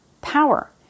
power